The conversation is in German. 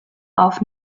auf